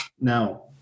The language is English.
Now